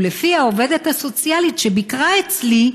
ולפי העובדת הסוציאלית שביקרה אצלי,